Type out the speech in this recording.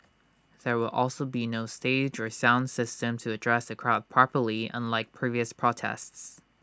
there will also be no stage dress sound system to address the crowd properly unlike previous protests